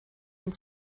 and